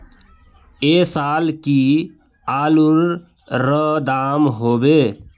ऐ साल की आलूर र दाम होबे?